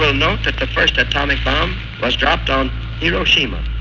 ah note that the first atomic bomb was dropped on hiroshima,